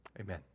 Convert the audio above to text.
Amen